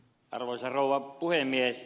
arvoisa rouva puhemies